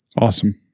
awesome